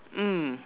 mm